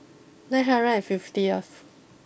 nine hundred and fifth